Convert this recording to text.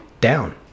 down